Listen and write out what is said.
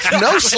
No